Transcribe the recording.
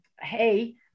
hey